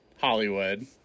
Hollywood